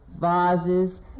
vases